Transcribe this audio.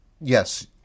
yes